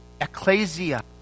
ecclesia